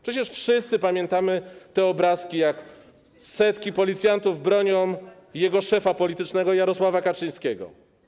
Przecież wszyscy pamiętamy te obrazki, jak setki policjantów broniły jego szefa politycznego, Jarosława Kaczyńskiego.